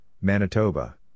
Manitoba